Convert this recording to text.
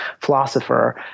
philosopher